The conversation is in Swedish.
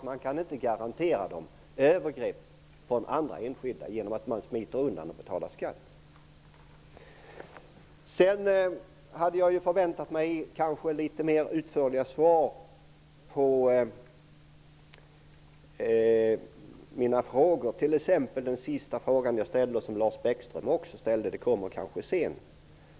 Man kan ju inte garantera att företag inte utsätts för övergrepp genom att andra företag smiter undan skatten. Jag hade nog förväntat mig litet utförligare svar på mina frågor, t.ex. på min sista fråga -- Lars Bäckström ställde samma fråga. Men svaret kommer kanske senare.